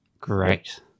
Great